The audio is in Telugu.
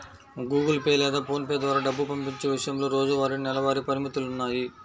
గుగుల్ పే లేదా పోన్ పే ద్వారా డబ్బు పంపించే విషయంలో రోజువారీ, నెలవారీ పరిమితులున్నాయి